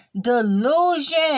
delusion